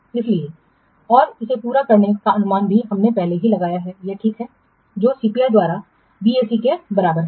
इसलिए और इसे पूरा करने का अनुमान भी हमने पहले ही लगाया है यह ठीक अनुमान है जो CPI द्वारा BAC के बराबर है